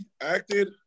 acted